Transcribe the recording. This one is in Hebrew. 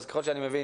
אז כמו שאני מבין